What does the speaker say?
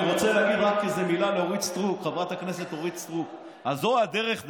אני רק רוצה להגיד איזו מילה לחברת הכנסת אורית סטרוק: על זו הדרך,